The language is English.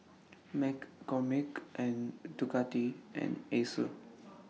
McCormick Ducati and Acer